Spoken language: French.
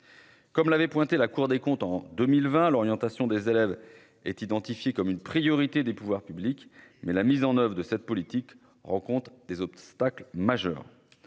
Comme l'avait pointé la Cour des comptes en 2020, l'orientation des élèves est identifié comme une priorité des pouvoirs publics, mais la mise en oeuvre de cette politique rencontre des obstacles majeurs